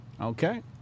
okay